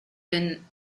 been